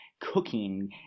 cooking